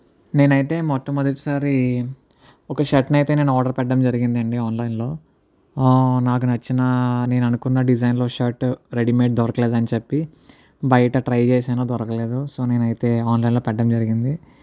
నేను అయితే మొట్టమొదటిసారి ఒక షర్ట్ని అయితే నేను ఆర్డర్ పెట్టడం జరిగింది అండి ఆన్లైన్లో నాకు నచ్చిన నేను అనుకున్న డిజైన్లో షర్ట్ రెడీమేడ్ దొరకలేదని చెప్పి బయట ట్రై చేసాను దొరకలేదు సో నేను అయితే ఆన్లైన్లో పెట్టడం జరిగింది